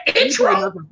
intro